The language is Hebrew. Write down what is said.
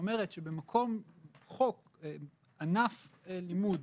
שאומר שבענף לימוד